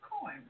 coin